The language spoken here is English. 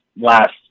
last